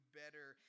better